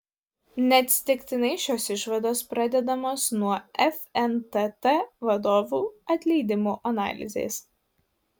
neatsitiktinai šios išvados pradedamos nuo fntt vadovų atleidimo analizės